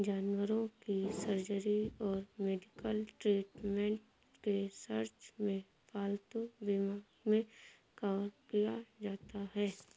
जानवरों की सर्जरी और मेडिकल ट्रीटमेंट के सर्च में पालतू बीमा मे कवर किया जाता है